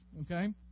okay